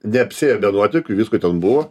neapsiėjo ir be nuotykių visko ten buvo